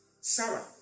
Sarah